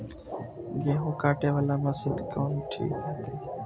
गेहूं कटे वाला मशीन कोन ठीक होते?